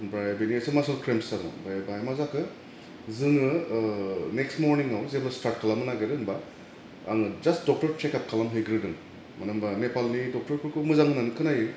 ओमफ्राय बेनो एसे मासास क्रेमस जादों आमफ्राय बाहाय मा जाखो जोङो ओह नेक्स मरनिङाव जेब्ला स्टाट खालामनो नागिरो होमबा आं जास्ट डक्टर सेकआप खालामहैग्रोदों मानो होमबा नेपालनि डकटरफोरखौ मोजां होन्नानै खोनायो